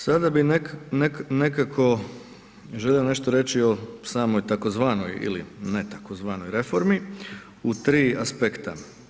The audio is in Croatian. Sada bih nekako želio nešto reći o samoj tzv. ili ne tzv. reformi u tri aspekta.